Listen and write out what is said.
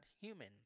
human